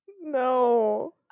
No